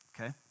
Okay